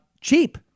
cheap